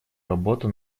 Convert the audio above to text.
работу